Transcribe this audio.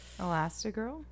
Elastigirl